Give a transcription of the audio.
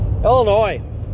Illinois